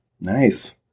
Nice